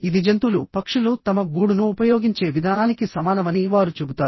ఇది జంతువులు పక్షులు తమ గూడును ఉపయోగించే విధానానికి సమానమని వారు చెబుతారు